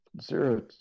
Zero